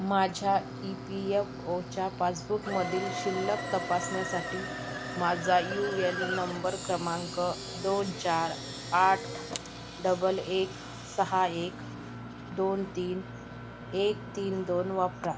माझ्या E P F ओच्या पासबुकमधील शिल्लक तपासण्यासाठी माझा यूयन नंबर क्रमांक दोन चार आठ डबल एक सहा एक दोन तीन एक तीन दोन वापरा